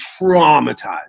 traumatized